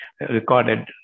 recorded